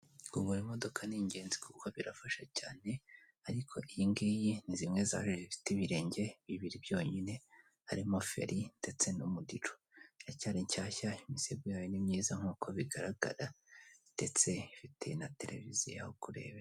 Kugura imodoka n'ingenzi kuko birafasha cyane, ariko iyi ngiyi ni zimwe zari zifite ibirenge bibiri byonyine harimo feri ndetse n'umuriro iracyari nshyashya imisego yayo ni myiza nk'uko bigaragara ndetse ifite na televiziyo aho kureba.